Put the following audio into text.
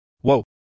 Whoa